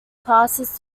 passes